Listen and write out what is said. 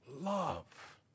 love